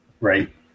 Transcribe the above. Right